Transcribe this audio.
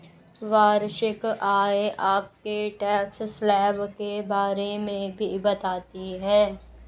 वार्षिक आय आपके टैक्स स्लैब के बारे में भी बताती है